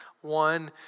one